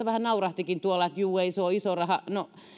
vähän naurahtikin tuolla että juu ei se ole iso raha